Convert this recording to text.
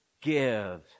give